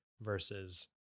versus